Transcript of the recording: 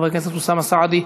חבר הכנסת אוסאמה סעדי,